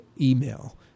email